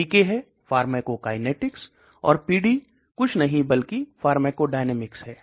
पीके है फार्माकोकाइनेटिक्स और पीडी कुछ नहीं बल्कि फार्माकोडायनामिक्स है